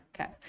Okay